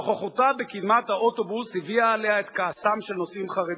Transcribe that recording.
נוכחותה בקדמת האוטובוס הביאה עליה את כעסם של נוסעים חרדים,